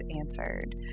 answered